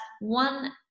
one